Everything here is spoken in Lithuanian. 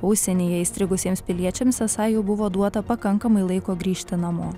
užsienyje įstrigusiems piliečiams esą jau buvo duota pakankamai laiko grįžti namo